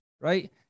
right